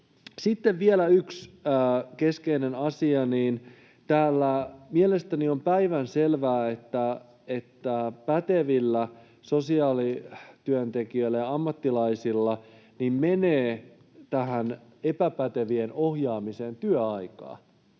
Sitten vielä yksi keskeinen asia. Mielestäni on päivänselvää, että pätevillä sosiaalityöntekijöillä ja ammattilaisilla menee tähän epäpätevien ohjaamiseen työaikaa,